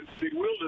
bewildered